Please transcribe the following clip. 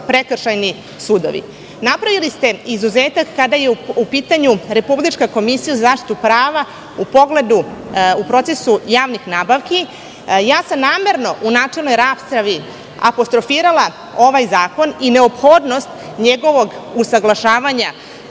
prekršajni sudovi. Napravili ste izuzetak kada je u pitanju Republička komisija za zaštitu prava u procesu javnih nabavki. Namerno sam u načelnoj raspravi apostrofirala ovaj zakon i neophodnost njegovog usaglašavanja